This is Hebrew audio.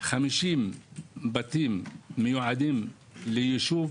50 בתים מיועדים לישוב,